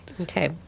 Okay